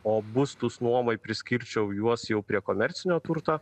o būstus nuomai priskirčiau juos jau prie komercinio turto